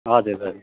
हजुर हजुर